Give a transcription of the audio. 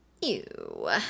Ew